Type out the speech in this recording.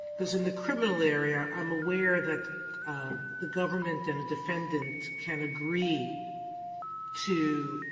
because in the criminal area, i'm aware that the government and the defendant can agree to